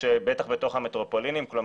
בטוח שצריך לחפש בעולם, יש נתונים מישראל.